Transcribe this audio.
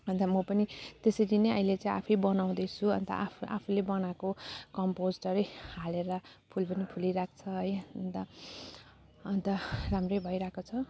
अन्त म पनि त्यसरी नै अहिले चाहिँ आफै बनाउँदैछु अन्त आफू आफूले बनाएको कम्पोस्ट है हालेर फुल पनि फुलिरहेको छ है अन्त अन्त राम्रै भइरहेको छ